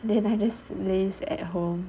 then I just laze at home